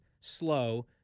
slow